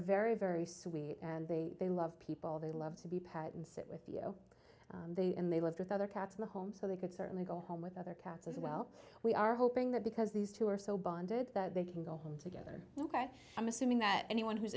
very very sweet and they they love people they love to be and sit with you and they left with other cats in the home so they could certainly go home with other cats as well we are hoping that because these two are so bonded that they can go home together ok i'm assuming that anyone who's